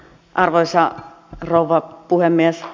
arvoisa rouva puhemies